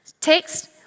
text